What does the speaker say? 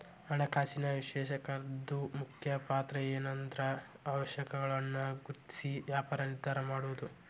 ಹಣಕಾಸಿನ ವಿಶ್ಲೇಷಕರ್ದು ಮುಖ್ಯ ಪಾತ್ರಏನ್ಂದ್ರ ಅವಕಾಶಗಳನ್ನ ಗುರ್ತ್ಸಿ ವ್ಯಾಪಾರ ನಿರ್ಧಾರಾ ಮಾಡೊದು